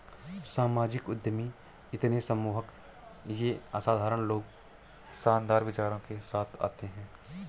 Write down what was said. सामाजिक उद्यमी इतने सम्मोहक ये असाधारण लोग शानदार विचारों के साथ आते है